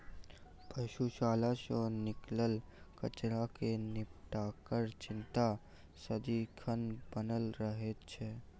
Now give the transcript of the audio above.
पशुशाला सॅ निकलल कचड़ा के निपटाराक चिंता सदिखन बनल रहैत छै